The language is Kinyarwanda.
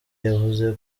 yavuze